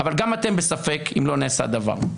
אבל גם אתם בספק אם לא נעשה דבר.